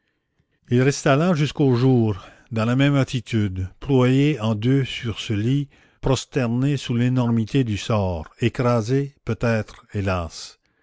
il resta là jusqu'au jour dans la même attitude ployé en deux sur ce lit prosterné sous l'énormité du sort écrasé peut-être hélas